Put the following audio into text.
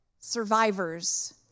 survivors